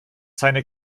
seine